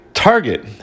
Target